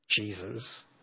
Jesus